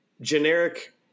generic